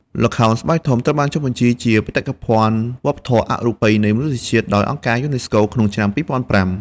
ល្ខោនស្បែកធំ ត្រូវបានចុះបញ្ជីជា បេតិកភណ្ឌវប្បធម៌អរូបីនៃមនុស្សជាតិ ដោយអង្គការយូណេស្កូ ក្នុងឆ្នាំ ២០០៥